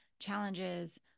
challenges